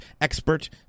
expert